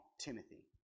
Timothy